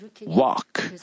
walk